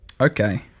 Okay